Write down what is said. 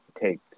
take